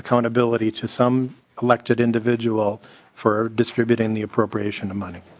accountability to some elected individual for distributing the appropriation of money.